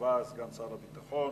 שקבע סגן שר הביטחון,